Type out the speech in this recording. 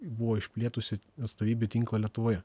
buvo išplėtusi atstovybių tinklą lietuvoje